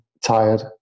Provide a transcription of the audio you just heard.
tired